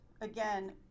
again